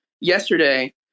yesterday